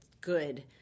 good